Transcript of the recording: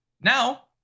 now